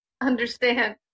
understand